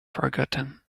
forgotten